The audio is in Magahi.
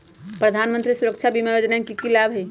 प्रधानमंत्री सुरक्षा बीमा योजना के की लाभ हई?